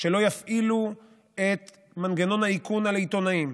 שלא יפעילו את מנגנון האיכון על העיתונאים,